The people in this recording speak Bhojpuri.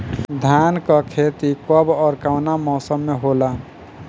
धान क खेती कब ओर कवना मौसम में होला?